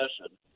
session